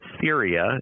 Syria